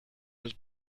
was